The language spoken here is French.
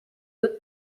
haute